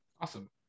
Awesome